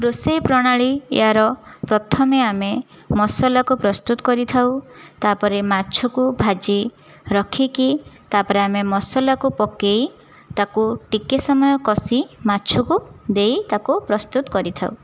ରୋଷେଇ ପ୍ରଣାଳୀ ଏହାର ପ୍ରଥମେ ଆମେ ମସଲାକୁ ପ୍ରସ୍ତୁତ କରିଥାଉ ତା' ପରେ ମାଛକୁ ଭାଜି ରଖିକି ତା' ପରେ ଆମେ ମସଲାକୁ ପକାଇ ତାକୁ ଟିକିଏ ସମୟ କଷି ମାଛକୁ ଦେଇ ତାକୁ ପ୍ରସ୍ତୁତ କରିଥାଉ